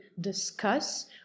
discuss